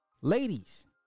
ladies